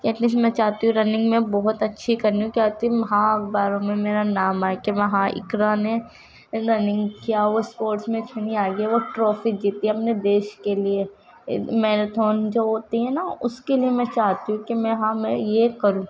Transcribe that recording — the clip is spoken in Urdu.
ایٹ لیسٹ میں چاہتی ہوں رننگ میں بہت اچھی کرنی چاہتی ہوں ہاں اخباروں میں میرا نام آئے کہ وہاں اقرا نے رننگ کیا وہ اسپورٹس میں اتنی آگے ہے وہ ٹرافی جیتی ہے اپنے دیش کے لیے میراتھان جو ہوتی ہیں نا اس کے لیے میں چاہتی ہوں کہ میں ہاں میں یہ کروں